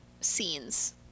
scenes